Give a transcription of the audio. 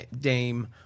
Dame